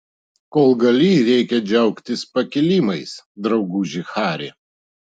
kol gali reikia džiaugtis pakilimais drauguži hari